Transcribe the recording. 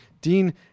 Dean